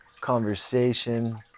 conversation